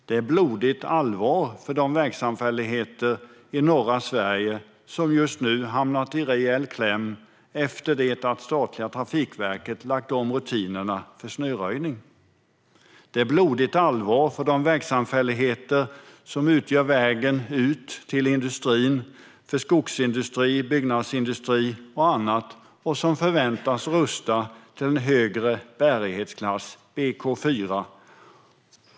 Det är blodigt allvar för de vägsamfälligheter i norra Sverige som just nu har hamnat rejält i kläm efter att statliga Trafikverket har lagt om rutinerna för snöröjning. Det är blodigt allvar för de vägsamfälligheter som utgör vägen ut till industrin - skogsindustri, byggnadsindustri och annat - och som förväntas rusta till en högre bärighetsklass, BK4.